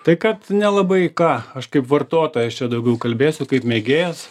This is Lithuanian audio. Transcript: tai kad nelabai ką aš kaip vartotojas čia daugiau kalbėsiu kaip mėgėjas